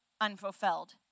unfulfilled